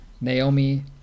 Naomi